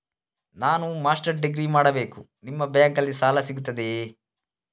ನಾನು master degree ಮಾಡಬೇಕು, ನಿಮ್ಮ ಬ್ಯಾಂಕಲ್ಲಿ ಸಾಲ ಸಿಗುತ್ತದೆಯೇ?